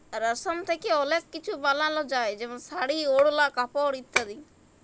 রেশম থ্যাকে অলেক কিছু বালাল যায় যেমল শাড়ি, ওড়লা, কাপড় ইত্যাদি